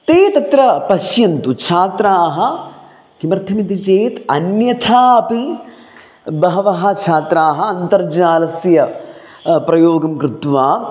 ते तत्र पश्यन्तु छात्राः किमर्थमिति चेत् अन्यथा अपि बहवः छात्राः अन्तर्जालस्य प्रयोगं कृत्वा